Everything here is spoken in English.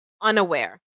unaware